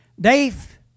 Dave